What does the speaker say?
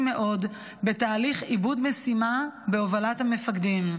מאוד בתהליך "עיבוד משימה" בהובלת המפקדים.